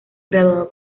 graduado